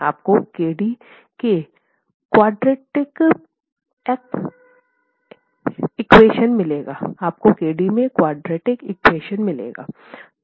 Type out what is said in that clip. आपको kd में quadratic equation मिलेगी